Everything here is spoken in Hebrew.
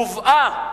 הובאה